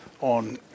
on